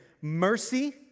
mercy